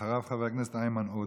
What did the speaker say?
אחריו, חבר הכנסת איימן עודה.